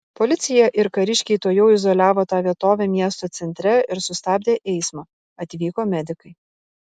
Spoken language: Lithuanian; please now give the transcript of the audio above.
policija ir kariškiai tuojau izoliavo tą vietovę miesto centre ir sustabdė eismą atvyko medikai